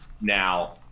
Now